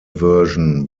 version